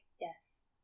yes